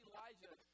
Elijah